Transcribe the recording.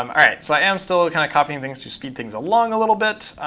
um all right. so i am still ah kind of copying things to speed things along a little bit.